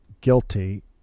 guilty